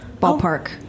ballpark